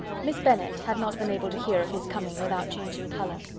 miss bennet had not been able to hear of his coming without changing colour.